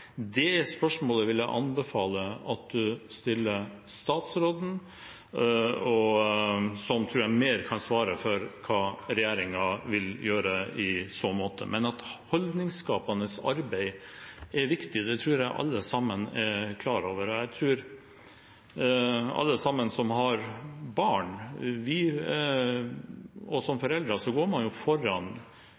Det spørsmålet vil jeg anbefale at representanten stiller statsråden, som jeg tror bedre kan svare for hva regjeringen vil gjøre i så måte. Men at holdningsskapende arbeid er viktig, tror jeg alle er klar over. Som foreldre går man jo foran